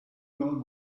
girl